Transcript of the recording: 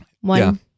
One